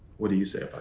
what do you say about